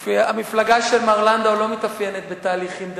המפלגה של מר לנדאו לא מתאפיינת בתהליכים דמוקרטיים,